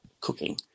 cooking